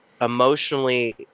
emotionally